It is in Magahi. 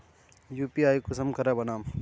यु.पी.आई कुंसम करे बनाम?